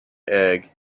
egg